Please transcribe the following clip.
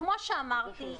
כפי שאמרתי,